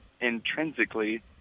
intrinsically